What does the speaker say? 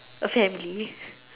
a family